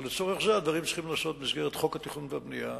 אבל לצורך זה הדברים צריכים להיעשות במסגרת חוק התכנון והבנייה,